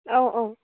অঁ অঁ